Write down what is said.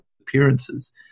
appearances